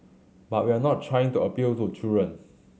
but we're not trying to appeal to children